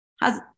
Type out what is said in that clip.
How's